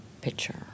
picture